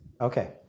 Okay